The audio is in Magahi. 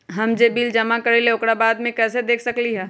हम जे बिल जमा करईले ओकरा बाद में कैसे देख सकलि ह?